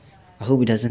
I hope it doesn't